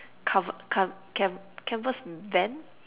cover~ car~ can~ canvas van